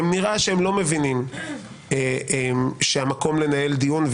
נראה שהם לא מבינים שהמקום לנהל דיון,